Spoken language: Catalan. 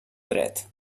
dret